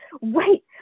wait